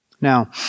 Now